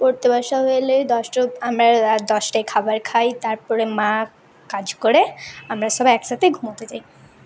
পড়তে বসা হলে দশটা অব আমরা রাত দশটায় খাবার খাই তারপরে মা কাজ করে আমরা সব একসাথে ঘুমোতে যাই